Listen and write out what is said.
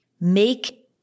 make